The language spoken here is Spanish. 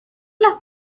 los